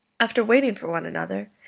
after waiting for one another,